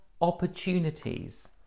opportunities